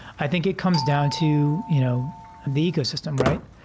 i think it comes down to you know the ecosystem, right?